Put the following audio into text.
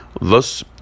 Thus